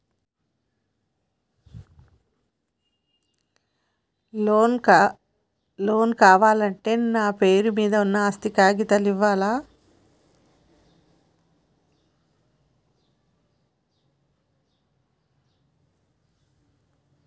Loan కావాలంటే నా పేరు మీద ఉన్న ఆస్తి కాగితాలు ఇయ్యాలా?